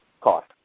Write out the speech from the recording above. cost